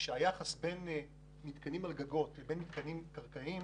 שהיחס בין מתקנים על גגות לבין מתקנים קרקעיים